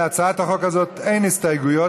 להצעת החוק הזאת אין הסתייגויות,